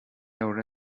leabhar